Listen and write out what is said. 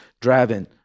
driving